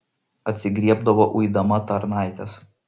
atsigriebdavo uidama tarnaites